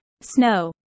Snow